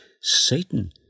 Satan